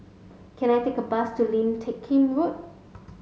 can I take a bus to Lim Teck Kim Road